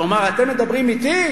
הוא אמר: אתם מדברים אתי?